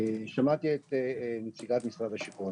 שמעתי את נציגת משרד השיכון.